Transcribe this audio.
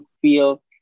feel